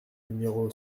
numéro